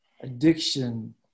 addiction